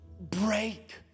Break